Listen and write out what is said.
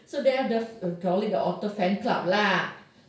so they have the okay only the otter fan club lah